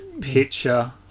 Picture